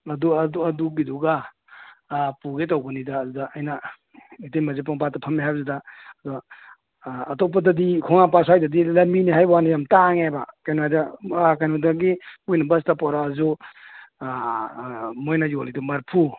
ꯑꯗꯨꯒꯤꯗꯨꯒ ꯑꯥ ꯄꯨꯒꯦ ꯇꯧꯕꯅꯤꯗ ꯑꯗꯨꯗ ꯑꯩꯅ ꯏꯇꯩꯃꯁꯦ ꯄꯣꯔꯣꯝꯄꯥꯠꯇ ꯐꯝꯃꯦ ꯍꯥꯏꯕꯗꯨꯗ ꯑꯗꯣ ꯑꯇꯣꯞꯄꯗꯗꯤ ꯈꯣꯡꯍꯥꯝ ꯄꯥꯠ ꯁꯥꯏꯗꯗꯤ ꯂꯝꯕꯤꯅꯤ ꯍꯥꯏꯕ ꯋꯥꯅꯤ ꯌꯥꯝ ꯇꯥꯡꯉꯦꯕ ꯀꯩꯅꯣꯗ ꯀꯩꯅꯣꯗꯒꯤ ꯃꯣꯏꯅ ꯕꯁꯇ ꯄꯣꯔꯛꯑꯁꯨ ꯃꯣꯏꯅ ꯌꯣꯜꯂꯤꯗꯨ ꯃꯔꯤꯐꯨ